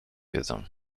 wiedzą